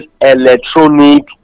electronic